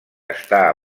està